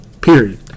period